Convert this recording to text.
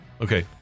okay